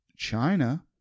China